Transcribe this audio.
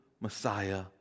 Messiah